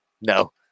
no